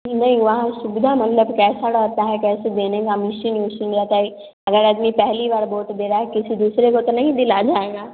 नहीं वहाँ सुविधा मतलब कैसा रहता है कैसे देने का मिशीन उशीन रहता है अगर आदमी पहली बार बोट दे रहा है किसी दूसरे को तो नहीं दिला जाएगा